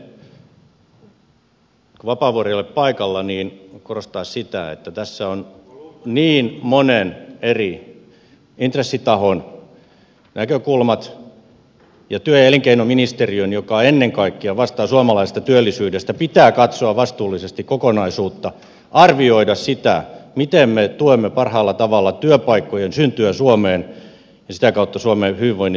edelleen koska vapaavuori ei ole paikalla korostan sitä että tässä on niin monen eri intressitahon näkökulmat ja työ ja elinkeinoministe riön joka ennen kaikkea vastaa suomalaisesta työllisyydestä pitää katsoa vastuullisesti kokonaisuutta arvioida sitä miten me tuemme parhaalla tavalla työpaikkojen syntyä suomeen ja sitä kautta suomen hyvinvoinnin turvaamista